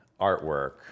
artwork